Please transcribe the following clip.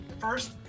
first